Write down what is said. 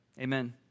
amen